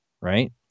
right